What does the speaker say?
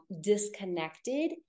disconnected